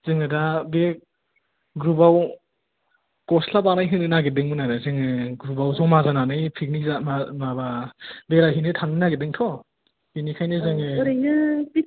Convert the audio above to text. जोङो दा बे ग्रुपआव गस्ला बानाय होनो नागिरदोंमोन आरो जोङो ग्रुपआव जमा होनानै पिकनिक माबा बेराय हैनो थांनो नागिरदोंथ' बिनिखायनो जोङो